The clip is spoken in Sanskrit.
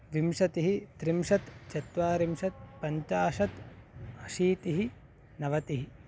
विंशतिः त्रिंशत् चत्वारिंशत् पञ्चाशत् अशीतिः नवतिः